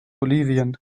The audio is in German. bolivien